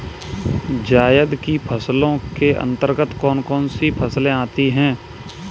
जायद की फसलों के अंतर्गत कौन कौन सी फसलें आती हैं?